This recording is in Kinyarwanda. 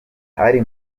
hari